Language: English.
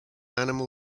animal